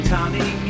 Tommy